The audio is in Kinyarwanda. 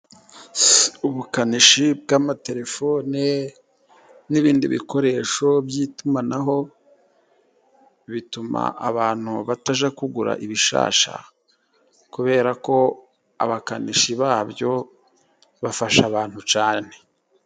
Ubukanishi bw'amaterefone n'ibindi bikoresho by'itumanaho, bituma abantu batajya kugura ibishyashya, kubera ko abakanishi babyo bafasha abantu cyane.